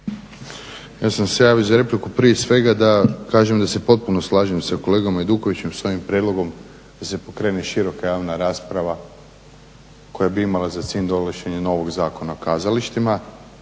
Ja sam se javio za repliku prije svega da se potpuno slažem sa kolegama Hajdukovićem s ovim prijedlogom da se pokrene široka javna rasprava koja bi imala za cilj donošenje novog Zakona o kazalištima.